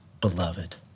beloved